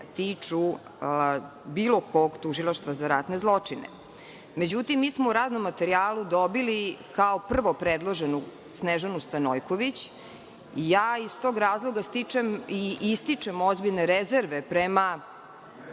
tiču bilo kog tužilaštva za ratne zločine.Međutim, mi smo u radnom materijalu dobili kao prvopredloženu Snežanu Stanojković. Iz tog razloga ja ističem ozbiljne rezerve prema